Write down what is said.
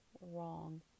wrong